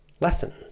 lesson